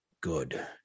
Good